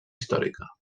històrica